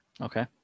Okay